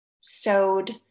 sewed